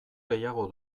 gehiago